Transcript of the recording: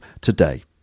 today